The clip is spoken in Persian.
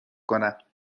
کنم